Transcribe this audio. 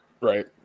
Right